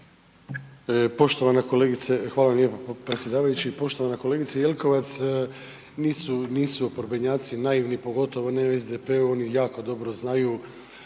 Hvala lijepo predsjedavajući. Poštovana kolegice Jelkovac. Nisu oporbenjaci naivni, pogotovo ne u SDP-u, oni jako dobro znaju